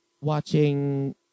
watching